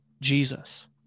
Jesus